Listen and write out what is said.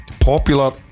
popular